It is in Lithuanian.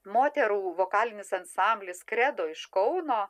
moterų vokalinis ansamblis kredo iš kauno